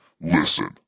listen